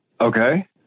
Okay